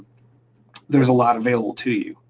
there's a lot available to you.